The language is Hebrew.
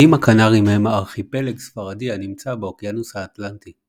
האיים הקנריים הם ארכיפלג ספרדי הנמצא באוקיינוס האטלנטי,